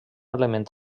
element